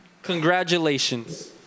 Congratulations